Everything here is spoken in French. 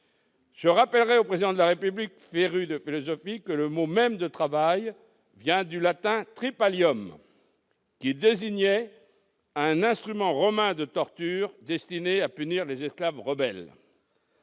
Je rappellerai au Président de la République, qui est féru de philosophie, que le mot « travail » vient du latin, qui désignait un instrument romain de torture destiné à punir les esclaves rebelles